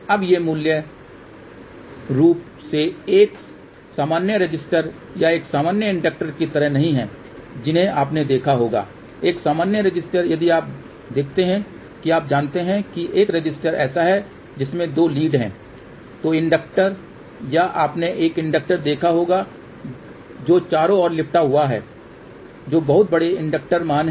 अब ये मूल रूप से एक सामान्य रेसिस्टर या एक सामान्य इंडक्टर की तरह नहीं हैं जिन्हें आपने देखा होगा एक सामान्य रेसिस्टर यदि आप देखते हैं कि आप जानते हैं कि एक रेसिस्टर ऐसा है जिसमे दो लीड हैं तो इंडक्टर या आपने एक इंडक्टर देखा होगा जो चारों ओर लिपटा हुआ है जो बहुत बड़े इंडक्टर मान हैं